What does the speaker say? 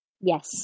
yes